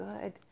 good